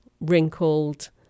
wrinkled